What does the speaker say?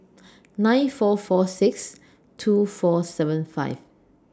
nine four four six two four seven five